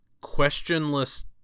questionless